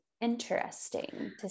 interesting